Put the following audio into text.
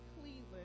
Cleveland